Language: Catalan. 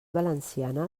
valenciana